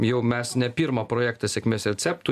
jau mes ne pirmą projektą sėkmės receptų